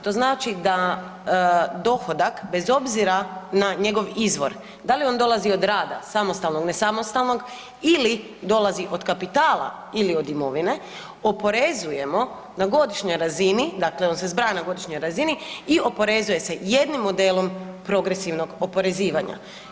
To znači da dohodak bez obzira na njegov izvor da li on dolazi od rada samostalnog, ne samostalnog ili dolazi od kapitala ili od imovine oporezujemo na godišnjoj razini, dakle on se zbraja na godišnjoj razini i oporezuje se jednim modelom progresivnog oporezivanja.